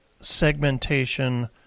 segmentation